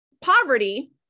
Poverty